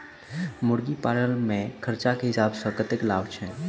मुर्गी पालन मे खर्च केँ हिसाब सऽ कतेक लाभ छैय?